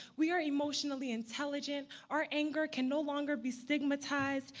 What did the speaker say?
we are emotionally intelligent. our anger can no longer be stigmatized.